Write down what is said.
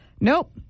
Nope